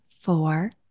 four